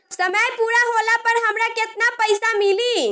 समय पूरा होला पर हमरा केतना पइसा मिली?